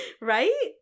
Right